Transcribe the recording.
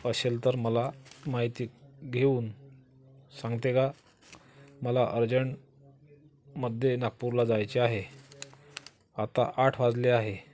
असेल तर मला माहिती घेऊन सांगते का मला अर्जंटमध्ये नागपूरला जायचे आहे आता आठ वाजले आहे